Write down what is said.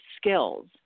skills